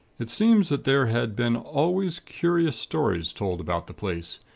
it seems that there had been always curious stories told about the place,